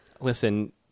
Listen